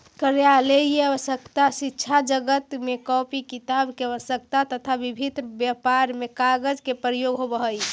कार्यालयीय आवश्यकता, शिक्षाजगत में कॉपी किताब के आवश्यकता, तथा विभिन्न व्यापार में कागज के प्रयोग होवऽ हई